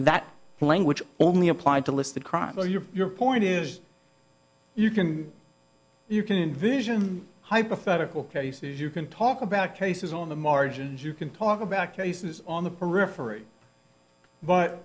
that language only applied to list the crime of your point is you can you can envision hypothetical you can talk about cases on the margins you can talk about cases on the periphery but